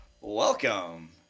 Welcome